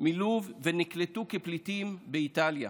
מלוב ונקלטו כפליטים באיטליה.